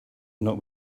not